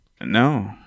No